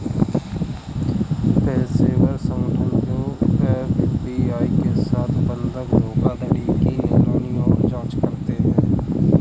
पेशेवर संगठन जो एफ.बी.आई के साथ बंधक धोखाधड़ी की निगरानी और जांच करते हैं